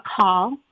call